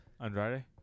Andrade